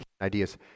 ideas